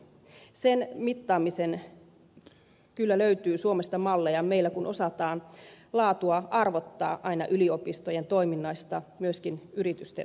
sen mittaamiseen kyllä löytyy suomesta malleja meillä kun osataan laatua arvottaa aina yliopistojen toiminnasta myöskin yritysten toimintaan asti